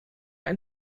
ein